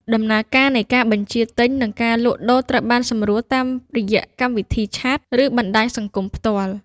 ដំណើរការនៃការបញ្ជាទិញ និងការលក់ដូរត្រូវបានសម្រួលតាមរយៈកម្មវិធីឆាត ឬបណ្ដាញសង្គមផ្ទាល់។